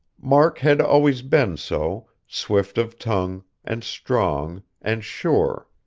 mark had always been so, swift of tongue, and strong, and sure.